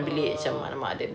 oh